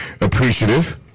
appreciative